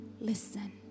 Listen